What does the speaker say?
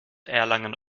erlangen